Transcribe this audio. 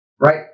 right